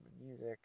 music